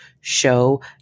show